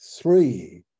Three